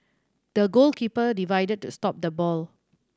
the goalkeeper to stop the ball